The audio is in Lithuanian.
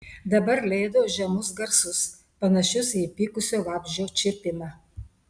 dabar leido žemus garsus panašius į įpykusio vabzdžio čirpimą